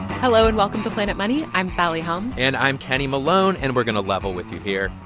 hello, and welcome to planet money. i'm sally helm and i'm kenny malone. and we're going to level with you here.